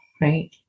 Right